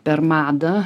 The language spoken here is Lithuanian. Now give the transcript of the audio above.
per madą